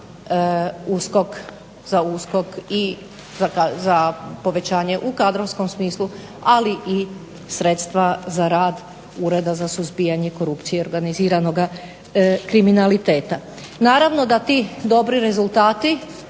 za USKOK i za povećanje u kadrovskom smislu, ali i sredstva za rad Ureda za suzbijanje korupcije i organiziranoga kriminaliteta. Naravno da ti dobri rezultati,